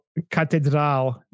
Catedral